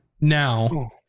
now